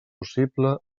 possible